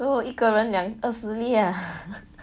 so 我一个人二十粒 ah